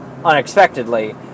unexpectedly